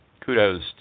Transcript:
kudos